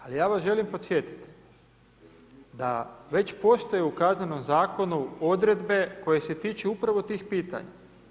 Ali ja vas želim podsjetiti da već postoji u Kaznenom zakonu odredbe koje se tiču upravo tih pitanja.